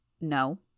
No